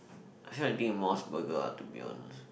I feel like eating Mos-Burger ah to be honest